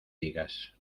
digas